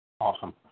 Awesome